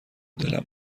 دلم